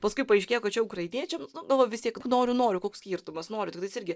paskui paaiškėjo kad čia ukrainiečiams nu va vis tiek noriu noriu koks skirtumas noriu tiktais irgi